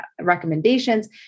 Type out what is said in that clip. recommendations